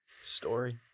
story